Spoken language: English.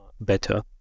better